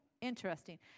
Interesting